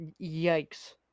yikes